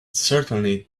certainly